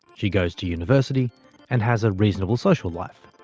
she goes to university and has a reasonable social life.